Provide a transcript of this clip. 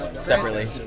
separately